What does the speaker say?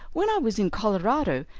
when i was in colorado,